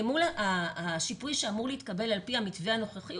למול השיפוי שאמור להתקבל לפי המתווה הנוכחי,